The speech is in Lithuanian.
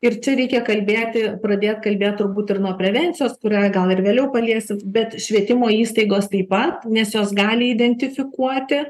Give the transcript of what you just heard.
ir čia reikia kalbėti pradėt kalbėt turbūt ir nuo prevencijos kurią gal ir vėliau paliesim bet švietimo įstaigos taip pat nes jos gali identifikuoti